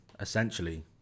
essentially